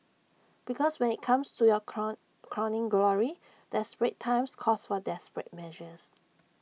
because when IT comes to your crow crowning glory desperate times calls for desperate measures